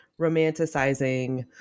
romanticizing